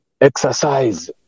Exercise